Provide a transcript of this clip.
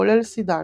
כולל סידן,